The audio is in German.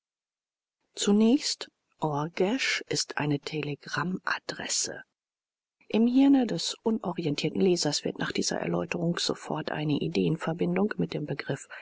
zunächst orgesch ist eine telegrammadresse im hirne des unorientierten lesers wird nach dieser erläuterung sofort eine ideenverbindung mit dem begriff